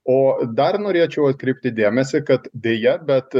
o dar norėčiau atkreipti dėmesį kad deja bet